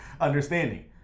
understanding